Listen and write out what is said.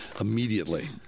immediately